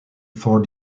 four